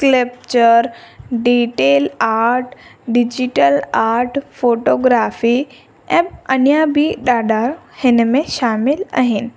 क्लिपचर detail art digital art photography ऐं अञा बि ॾाढा हिन में शामिलु आहिनि